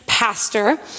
pastor